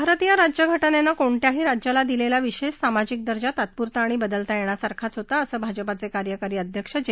भारतीय राज्यघटनेनं कोणत्याही राज्याला दिलेला विशेष सामाजिक दर्जा तात्पुरता आणि बदलता येण्यासारखाच होता असं भाजपाचे कार्यकारी अध्यक्ष जे